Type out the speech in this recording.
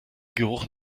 geruch